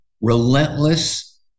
relentless